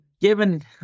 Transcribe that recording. given